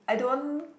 I don't